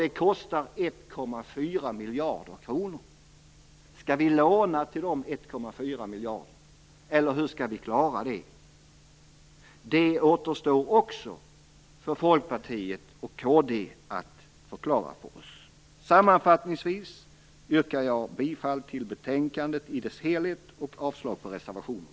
Det kostar 1,4 miljarder kronor. Skall vi låna de 1,4 miljarder kronorna, eller hur skall vi klara det? Det återstår också för Folkpartiet och för kd att förklara. Sammanfattningsvis yrkar jag bifall till betänkandet i dess helhet och avslag på reservationerna.